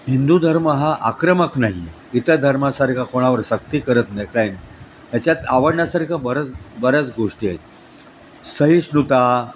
हिंदू धर्म हा आक्रमक नाही आहे इतर धर्मासारखा कोणावर सक्ती करत नाही काय नाही याच्यात आवडण्यासारखं बरंच बऱ्याच गोष्टी आहेत सहीष्णुता